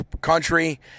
country